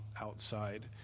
outside